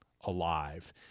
alive